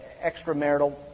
extramarital